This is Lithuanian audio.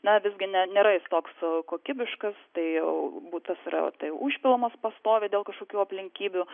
na visgi na nėra jis toks kokybiškas tai butas yra tai užpilamas pastoviai dėl kažkokių aplinkybių